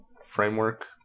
framework